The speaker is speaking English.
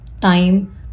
time